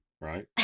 right